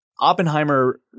Oppenheimer